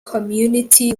community